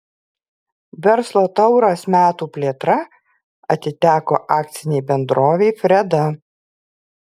verslo tauras metų plėtra atiteko akcinei bendrovei freda